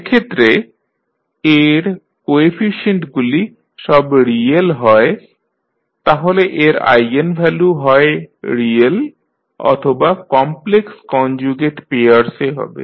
সেক্ষেত্রে A এর কোএফিশিয়েন্টগুলি সব রিয়েল হয় তাহলে এর আইগেনভ্যালু হয় রিয়েল অথবা কমপ্লেক্স কনজুগেট পেয়ার্সে হবে